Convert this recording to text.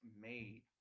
made